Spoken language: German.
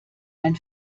ein